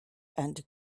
and